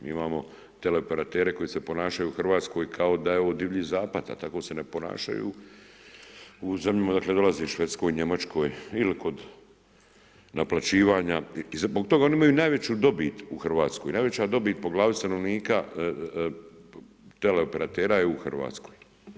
Mi imamo tele operatere koji se ponašaju u Hrvatskoj kao da je ovo divlji zapad, a tako se ne ponašaju u zemlji odakle dolaze, Švedskoj, Njemačkoj ili kod naplaćivanja i zbog toga oni imaju najveću dobit u Hrvatskoj. najveća dobit po glavi stanovnika tele operatera je u Hrvatskoj.